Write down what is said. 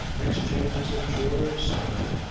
exchanges of joy or sorrow,